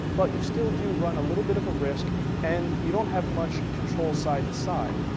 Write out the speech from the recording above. but you still do run a little bit of a risk and you don't have much control side to side.